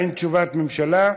אין תשובת ממשלה.